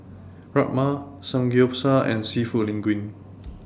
Rajma Samgeyopsal and Seafood Linguine